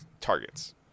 targets